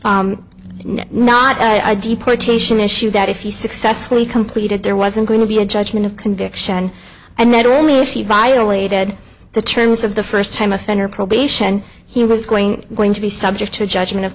be not a deportation issue that if he successfully completed there wasn't going to be a judgment of conviction and that only if you violated the terms of the first time offender probation he was going going to be subject to a judgment of